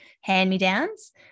hand-me-downs